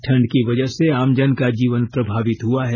ठंड की वजह से आमजन का जीवन प्रभावित हुआ है